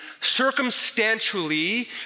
circumstantially